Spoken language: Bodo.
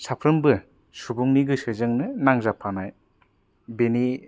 साफ्रोमबो सुबुंनि गोसो जोंनो नांजाबफानाय बेनि